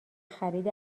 خرید